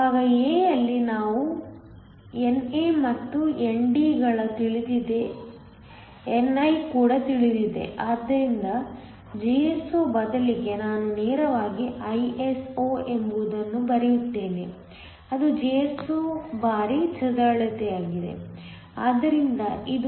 ಭಾಗ a ಯಲ್ಲಿ NA ಮತ್ತು ND ಗಳು ತಿಳಿದಿದೆ ni ಕೂಡ ತಿಳಿದಿದೆ ಆದ್ದರಿಂದ Jso ಬದಲಿಗೆ ನಾನು ನೇರವಾಗಿ Iso ಎಂದು ಬರೆಯುತ್ತೇನೆ ಅದು Jso ಬಾರಿ ಚದರಳತೆಯಾಗಿದೆ